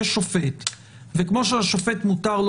אנחנו צריכים להכניס להחרגה את הדיון שאנחנו ממש